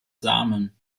samen